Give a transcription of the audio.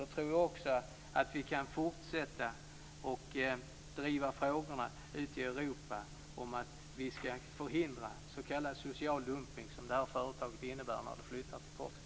Då tror jag också att vi kan fortsätta att ute i Europa driva frågorna om att förhindra s.k. social dumpning, som detta företag sysslar med när det flyttar till Portugal.